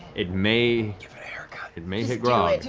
it may it may hit grog.